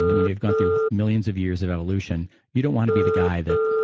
and you know you've gone through millions of years of evolution, you don't want to be the guy that